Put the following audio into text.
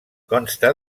consta